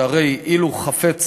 שהרי אילו הוא היה חפץ